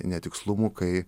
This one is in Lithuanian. netikslumų kai